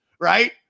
right